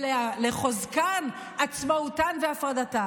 לחוזקן, עצמאותן והפרדתן.